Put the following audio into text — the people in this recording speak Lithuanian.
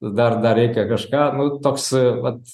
dar dar reikia kažką nu toks vat